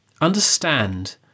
Understand